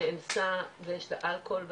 נאנסה ויש את האלכוהול בדם,